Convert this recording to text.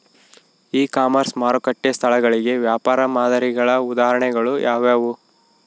E commerce ಮಾರುಕಟ್ಟೆ ಸ್ಥಳಗಳಿಗೆ ವ್ಯಾಪಾರ ಮಾದರಿಗಳ ಉದಾಹರಣೆಗಳು ಯಾವುವು?